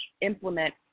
implement